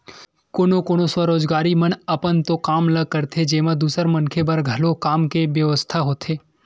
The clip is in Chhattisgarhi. कोनो कोनो स्वरोजगारी मन अपन तो काम ल करथे जेमा दूसर मनखे बर घलो काम के बेवस्था होथे